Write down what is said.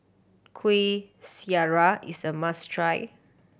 Kuih Syara is a must try